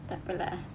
takpe lah